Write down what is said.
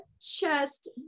chest